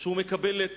שהוא מקבל את